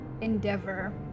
endeavor